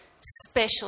special